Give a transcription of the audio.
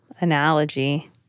analogy